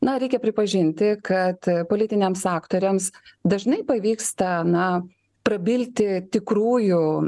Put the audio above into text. na reikia pripažinti kad politiniams aktoriams dažnai pavyksta na prabilti tikrųjų